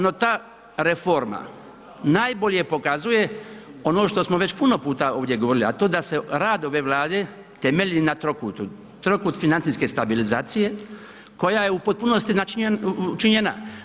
No ta reforma najbolje pokazuje ono što smo već puno puta ovdje govorili, a to je da se rad ove Vlade temelji na trokutu, trokut financijske stabilizacije koja je u potpunosti načinjena, učinjena.